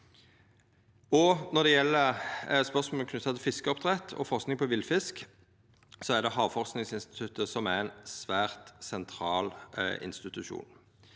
Når det gjeld spørsmål knytt til fiskeoppdrett og forsking på villfisk, er Havforskingsinstituttet ein svært sentral institusjon.